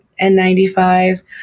N95